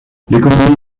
l’économie